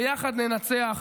ביחד ננצח.